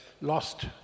lost